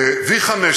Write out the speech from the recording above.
ב-V15,